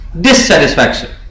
dissatisfaction